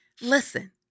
Listen